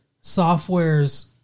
software's